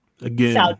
Again